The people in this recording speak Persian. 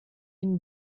این